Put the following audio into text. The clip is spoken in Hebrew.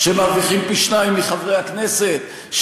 שמרוויחים פי-שניים מחברי הכנסת,